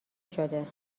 شده